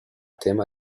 tema